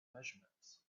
measurements